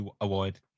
award